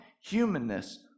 humanness